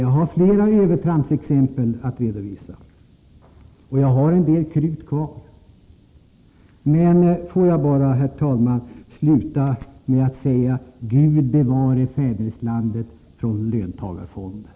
Jag har flera exempel på övertramp att redovisa, och jag har en del krut kvar, men jag skall, herr talman, bara sluta med att säga: Gud bevare fäderneslandet från löntagarfonder!